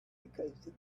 because